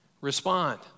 respond